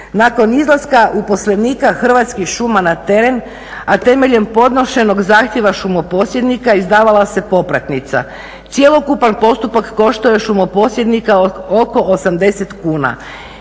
nakon izlaska uposlenika Hrvatskih šuma na teren, a temeljem podnošenog zahtjeva šumoposjednika izdavala se popratnica. Cjelokupan postupak košto je šumoposjednika oko 80 kuna.